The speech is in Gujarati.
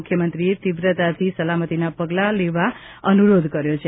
મુખ્યમંત્રીએ તીવ્રતાથી સલામતીના તમામ પગલાં લેવા અનુરોધ કર્યો છે